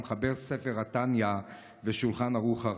מחבר "ספר התניא" ו"שולחן ערוך הרב".